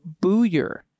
Booyer